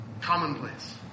Commonplace